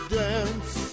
dance